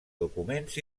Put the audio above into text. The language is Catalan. documents